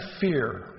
fear